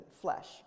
flesh